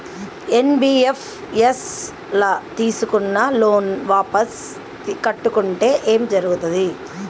NBFS ల తీస్కున్న loan వాపస్ కట్టకుంటే ఏం జర్గుతది?